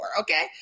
okay